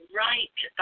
right